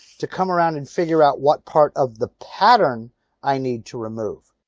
to come around and figure out what parts of the pattern i need to remove.